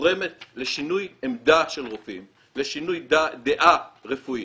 גורמת לשינוי עמדה של רופאים, לשינוי דעה רפואית.